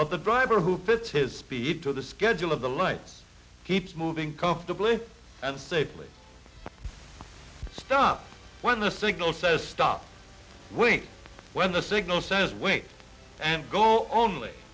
but the driver who fits his speed to the schedule of the light keeps moving comfortably and safely stuff when the signal says stop when the signal says wait and go only